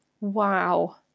Wow